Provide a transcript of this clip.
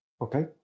Okay